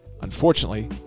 Unfortunately